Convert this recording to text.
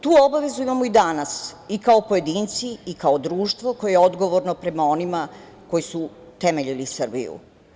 Tu obavezu imamo i danas i kao pojedinci i kao društvo koje je odgovorno prema onima koji su temeljili Srbiju.